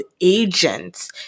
agents